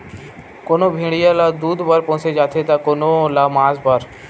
कोनो भेड़िया ल दूद बर पोसे जाथे त कोनो ल मांस बर